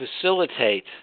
Facilitate